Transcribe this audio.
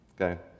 okay